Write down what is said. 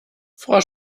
frau